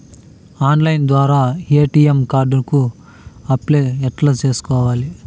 Online ద్వారా ATM card కు apply ఎట్లా సేసుకోవాలి?